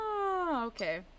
Okay